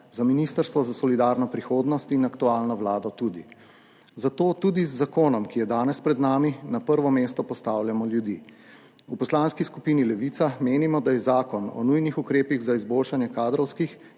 za Ministrstvo za solidarno prihodnost in aktualno vlado tudi. Zato tudi z zakonom, ki je danes pred nami, na prvo mesto postavljamo ljudi. V Poslanski skupini Levica menimo, da je zakon o nujnih ukrepih za izboljšanje kadrovskih